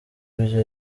ibyo